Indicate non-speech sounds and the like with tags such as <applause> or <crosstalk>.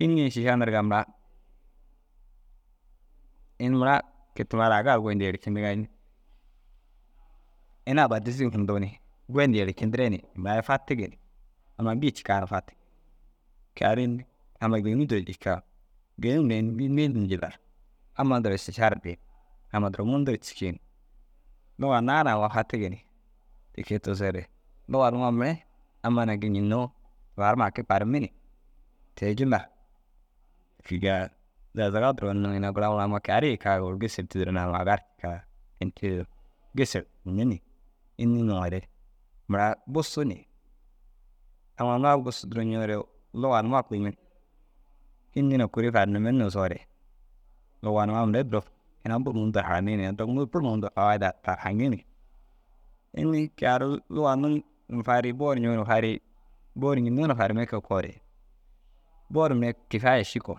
Înni ini šiša ndirigaa mura? Ini mura ke- i tumaraa aga ru goyindu yercindigaa înni? Ini aba dizii hunduu u ni goyindu yercindire ni murai fatigi ni amma gii cikaa na fatig. Kaar înni? Amma gênuu duro jikaa. Gênuu mire înni? Bî nii num jillar amma duro šiša ru dii. Amma duro mundu ru cikii lugaa naana amma fatigi ni. Ti kee tigisoore luga numa mire amma naa gii ñênnoo tufarima haki farimmi ni. Te- i jilla figaa dazaga duro unnu ina gura unnu amma kaaru yikaa gor gêser tidiruu unnu amma aga ru cikaa ini tidiruu gêser cindinni ni. Înni nuŋore? Mura bussu ni. Amma naa bussu duro ñoore luga numa kuime înni na kuri faarnimme nigisoore luga numa mire u duro ina buru mundu ru haranii ni. Duro buru mundu fawaida tar haŋii ni. Înni? Ke aaru luga num <hesitation> farii boo ru ñoo ni farii. Boo ru ñînnoo na farimme kee koo re, boo ru mire kifaaya ši koo.